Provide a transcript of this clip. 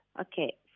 Okay